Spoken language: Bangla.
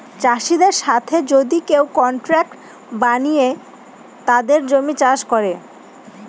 চাষীদের সাথে যদি কেউ কন্ট্রাক্ট বানিয়ে তাদের জমি চাষ করে